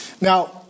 Now